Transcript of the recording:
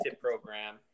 program